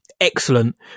excellent